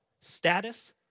status